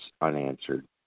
unanswered